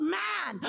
man